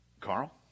Carl